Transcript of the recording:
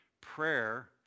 Prayer